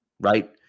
right